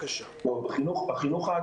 בנושא החם של גני הילדים,